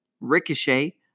Ricochet